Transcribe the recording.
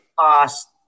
past